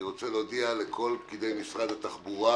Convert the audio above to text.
אני רוצה להודיע לכל פקידי משרד התחבורה